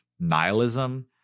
nihilism